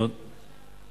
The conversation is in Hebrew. בקשה אחת.